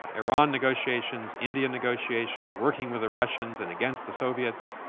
iran negotiations, indian negotiations, working with the russians and against the soviets,